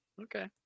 okay